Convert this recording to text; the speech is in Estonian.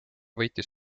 võitis